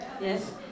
Yes